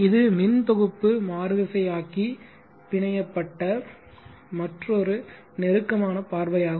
இது மின் தொகுப்பு மாறுதிசையாக்கி பிணைய பட்ட மற்றொரு நெருக்கமான பார்வை ஆகும்